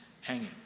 hanging